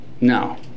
No